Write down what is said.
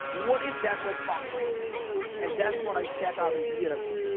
what if that was possible and that's what i set out a year ago.